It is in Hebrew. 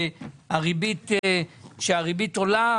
כשהריבית עולה,